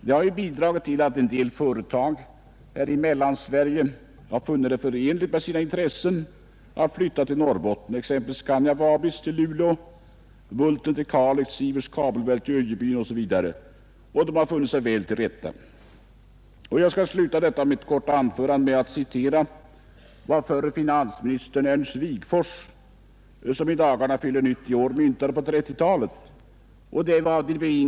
Det har bidragit till att en del företag här i Mellansverige har funnit det förenligt med sina intressen att flytta upp till Norrbotten, exempelvis Scania Vabis till Luleå, Bultfabriken till Kalix och Sieverts kabelverk till Öjebyn. De har funnit sig väl till rätta där. Jag skall sluta detta korta anförande med att citera ett bevingat ord som förre finansministern Ernst Wigforss — som i dagarna fyller 90 år — myntade på 1930-talet.